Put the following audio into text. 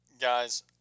Guys